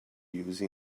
use